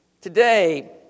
today